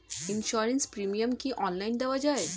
Insurance premium কি online দেওয়া যায়?